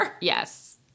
Yes